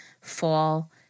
fall